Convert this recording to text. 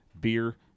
beer